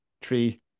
Tree